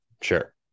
Sure